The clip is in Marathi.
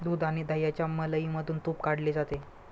दूध आणि दह्याच्या मलईमधून तुप काढले जाते